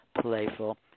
playful